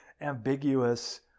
ambiguous